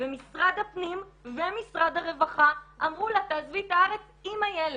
ומשרד הפנים ומשרד הרווחה אמרו לה "תעזבי את הארץ עם הילד".